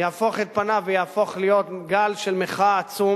יהפוך את פניו ויהפוך להיות גל של מחאה עצום,